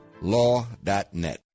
Law.net